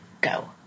go